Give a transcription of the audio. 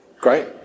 Great